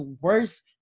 worst